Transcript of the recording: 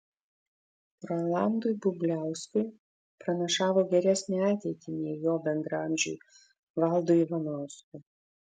rolandui bubliauskui pranašavo geresnę ateitį nei jo bendraamžiui valdui ivanauskui